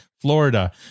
Florida